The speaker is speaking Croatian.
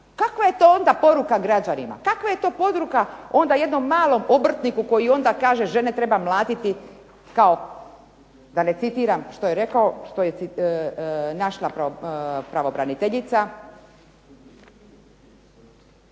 kakva je to onda poruka građanima? Kakva je to poruka onda jednom malom obrtniku koji onda kaže žene treba mlatiti kao da ne citiram što je rekao, što je našla pravobraniteljica,